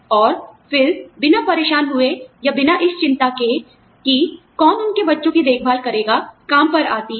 और फिर बिना परेशान हुए या बिना इस चिंता के कि कौन उनके बच्चों की देखभाल करेगा काम पर आती हैं